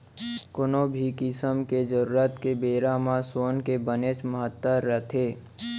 कोनो भी किसम के जरूरत के बेरा म सोन के बनेच महत्ता रथे